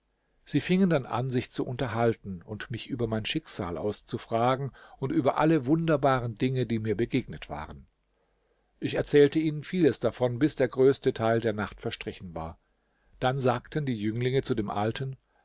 sie fingen dann an sich zu unterhalten und mich über mein schicksal auszufragen und über alle wunderbaren dinge die mir begegnet waren ich erzählte ihnen vieles davon bis der größte teil der nacht verstrichen war dann sagten die jünglinge zu dem alten